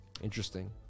Interesting